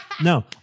No